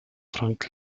frank